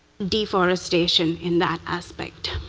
deforestation in that aspect.